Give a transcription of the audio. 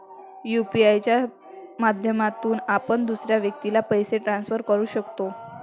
UPI च्या माध्यमातून आपण दुसऱ्या व्यक्तीला पैसे ट्रान्सफर करू शकतो